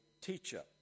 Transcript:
teacher